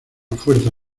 fuerza